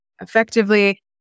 effectively